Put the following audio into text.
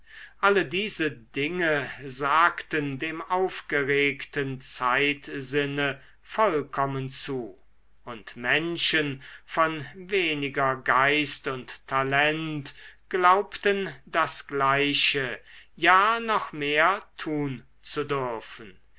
alle diese dinge sagten dem aufgeregten zeitsinne vollkommen zu und menschen von weniger geist und talent glaubten das gleiche ja noch mehr tun zu dürfen